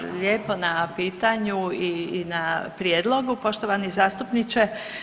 Hvala lijepo na pitanju i na prijedlogu poštovani zastupniče.